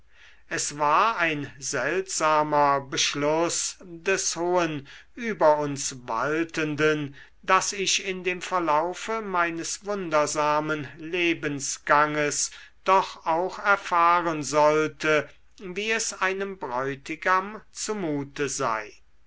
es war ein seltsamer beschluß des hohen über uns waltenden daß ich in dem verlaufe meines wundersamen lebensganges doch auch erfahren sollte wie es einem bräutigam zu mute sei